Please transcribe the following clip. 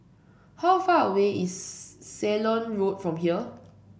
how far away is Ceylon Road from here